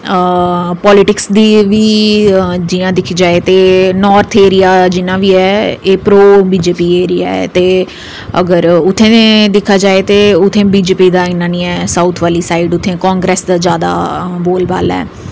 हां पालिटिक्स दी बी जि'यां दिक्खी जाए ते नार्थ एरिया जिन्ना बी है एह् परो बीजेपी एरिया ऐ ते अगर उत्थै दा दिक्खेआ जा ते उत्थै बीजेपी दा इन्ना नेईं ऐ साउथ आह्ली साइड उत्थै कांग्रेस दा जैदा बोलबाला ऐ